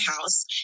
house